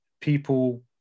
people